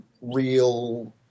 real